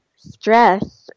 stress